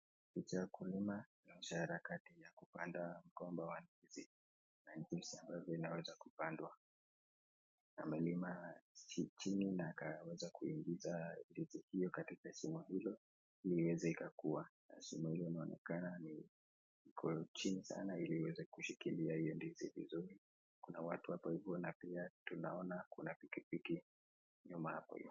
picha kulima yaani shughuli harakati ya kupanda mgomba wa ndizi na ndizi ambayo inaweza kupandwa. Amelima chini na akaweza kuingiza ndizii hiyo katika shimo hilo ili iweze ikakuwa. Na shimo hilo linaonekana liko chini sana ili iweze kushikilia hiyo ndizi vizuri. Kuna watu hapo hivyo pia tunaona kuna pikipiki nyuma hapo hivyo.